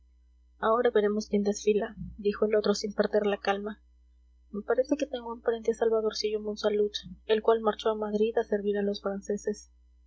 ahora veremos quién desfila dijo el otro sin perder la calma me parece que tengo enfrente a salvadorcillo monsalud el cual marchó a madrid a servir a los franceses